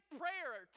prayer